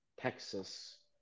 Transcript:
texas